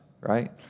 right